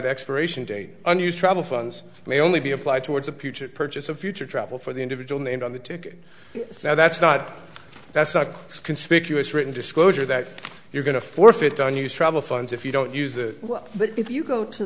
the expiration date the new travel funds may only be applied towards a puget purchase of future travel for the individual named on the ticket so that's not that's not a conspicuous written disclosure that you're going to forfeit on you travel funds if you don't use it but if you go to